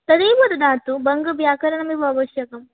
तदैव ददातु बङ्गव्याकरणमेव आवश्यकं